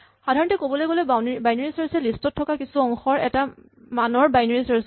সাধাৰণতে ক'বলৈ গ'লে বাইনেৰী চাৰ্ছ এ লিষ্ট ত থকা কিছু অংশৰ এটা মানৰ বাইনেৰী চাৰ্ছ কৰে